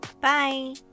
Bye